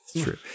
true